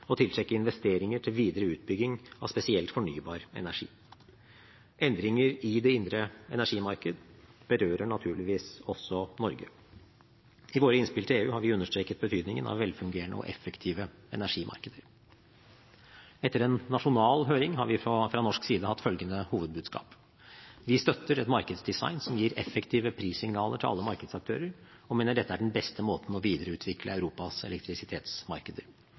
tiltrekke investeringer til videre utbygging av spesielt fornybar energi. Endringer i det indre energimarked berører naturligvis også Norge. I våre innspill til EU har vi understreket betydningen av velfungerende og effektive energimarkeder. Etter en nasjonal høring har vi fra norsk side hatt følgende hovedbudskap: Vi støtter en markedsdesign som gir effektive prissignaler til alle markedsaktører, og mener dette er den beste måten å videreutvikle Europas elektrisitetsmarkeder